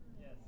Yes